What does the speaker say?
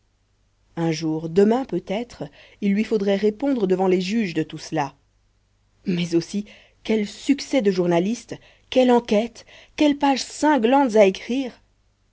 un jour demain peutêtre il lui faudrait répondre devant les juges de tout cela mais aussi quel succès de journaliste quelle enquête quelles pages cinglantes à écrire